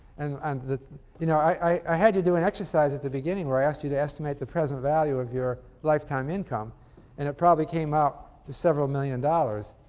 and and you know i had you do an exercise at the beginning where i asked you to estimate the present value of your lifetime income and it probably came out to several million dollars.